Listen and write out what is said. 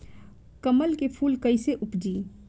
कमल के फूल कईसे उपजी?